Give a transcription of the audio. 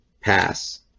pass